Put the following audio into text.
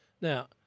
Now